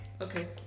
Okay